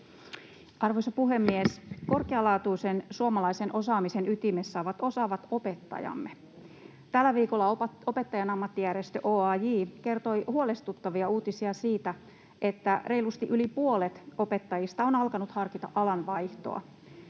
Arvoisa puhemies! Korkealaatuisen suomalaisen osaamisen ytimessä ovat osaavat opettajamme. Tällä viikolla Opettajain Ammattijärjestö OAJ kertoi huolestuttavia uutisia siitä, että reilusti yli puolet opettajista on alkanut harkita alan vaihtoa.